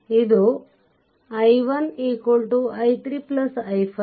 ಇದು i1 i3 i5